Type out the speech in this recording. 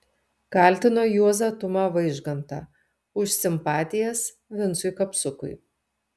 kaltino juozą tumą vaižgantą už simpatijas vincui kapsukui